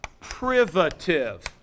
privative